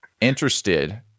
interested